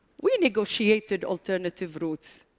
we negotiated alternative routes.